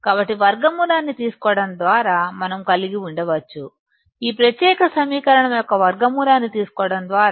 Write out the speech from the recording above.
కాబట్టి వర్గమూలాన్ని తీసుకోవడం ద్వారా మనం కలిగి ఉండవచ్చు ఈ ప్రత్యేక సమీకరణం యొక్క వర్గమూలాన్ని తీసుకోవడం ద్వారా